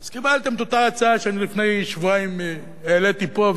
אז קיבלתם את אותה הצעה שאני לפני שבועיים העליתי פה,